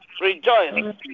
Rejoice